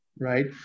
right